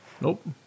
Nope